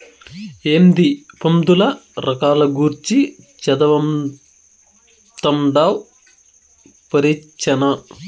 ఏందీ పందుల రకాల గూర్చి చదవతండావ్ పరీచ్చనా